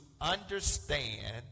understand